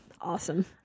Awesome